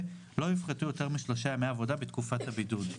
לא יופחתו יותר משלושה ימי עבודה בתקופת הבידוד".